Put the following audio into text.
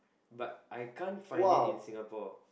but I can't find it in Singapore